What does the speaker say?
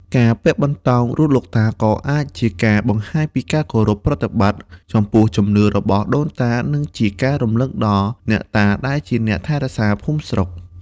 ការពាក់បន្តោងរូបលោកតា ក៏អាចជាការបង្ហាញពីការគោរពប្រតិបត្តិចំពោះជំនឿរបស់ដូនតា និងជាការរំឭកដល់អ្នកតាដែលជាអ្នកថែរក្សាភូមិស្រុក។